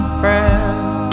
friend